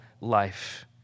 life